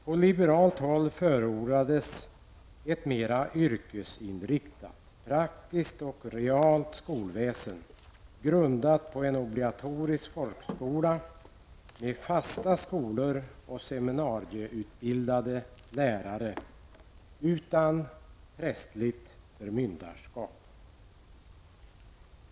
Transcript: På liberalt håll förordades ett mera yrkesinriktat, praktiskt och 'realt' skolväsen, grundat på en obligatorisk folkskola med fasta skolor och seminarieutbildade lärare, utan prästerligt förmyndarskap.''